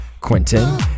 Quentin